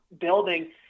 building